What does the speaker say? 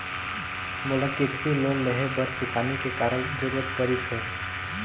मोला कृसि लोन लेहे बर किसानी के कारण जरूरत परिस हे